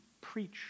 preach